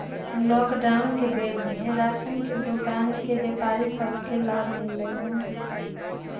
lockdown के बेर में राशन के दोकान के व्यापारि सभ के लाभ मिललइ ह